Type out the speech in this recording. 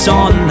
on